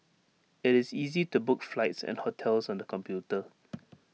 IT is easy to book flights and hotels on the computer